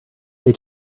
they